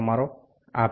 તમારો આભાર